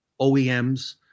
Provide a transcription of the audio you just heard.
OEMs